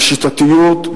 בשיטתיות,